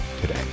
today